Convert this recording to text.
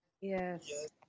Yes